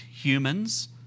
humans